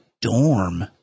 dorm